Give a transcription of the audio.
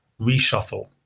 reshuffle